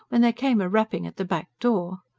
when there came a rapping at the back door.